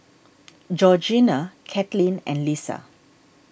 Georgeanna Katelyn and Lissa